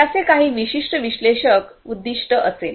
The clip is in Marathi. त्यांचे काही विशिष्ट विश्लेषक उद्दीष्ट असेल